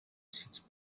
sits